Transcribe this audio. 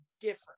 different